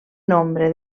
nombre